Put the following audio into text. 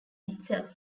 itself